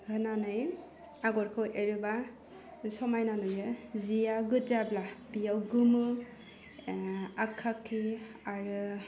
होनानै आगरखौ एरोबा समायना नुयो जिया गोज्जाब्ला बेयाव गोमो एह आखाखि आरो